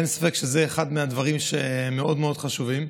ואין ספק שזה אחד מהדברים שמאוד מאוד חשובים.